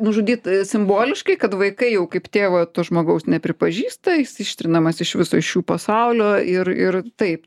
nužudyt simboliškai kad vaikai jau kaip tėvo to žmogaus nepripažįsta jis ištrinamas iš viso iš jų pasaulio ir ir taip